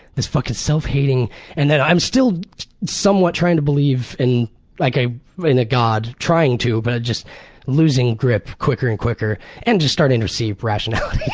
this fucking self-hating and i'm still somewhat trying to believe in like a in a god, trying to but just losing grip quicker and quicker and just starting to perceive rationality.